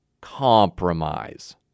compromise